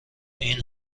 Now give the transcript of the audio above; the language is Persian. این